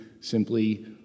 simply